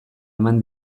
eman